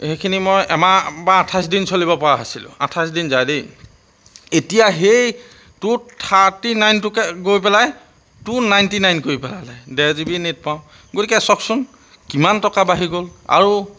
সেইখিনি মই এমাহ বা আঠাইছ দিন চলিব পৰা হৈছিলোঁ আঠাইছ দিন যায় দেই এতিয়া সেই টু থাৰ্টি নাইনটোকে গৈ পেলাই টু নাইণ্টি নাইন কৰি পেলালে ডেৰ জিবি নেট পাওঁ গতিকে চাওকচোন কিমান টকা বাঢ়ি গ'ল আৰু